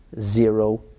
zero